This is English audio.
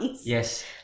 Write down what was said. Yes